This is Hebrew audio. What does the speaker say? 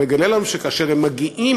הוא מגלה לנו שכאשר הם מגיעים